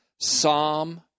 Psalm